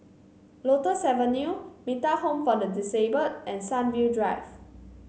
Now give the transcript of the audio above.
Lotus Avenue Metta Home for the Disabled and Sunview Drive